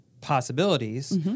possibilities